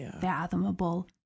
fathomable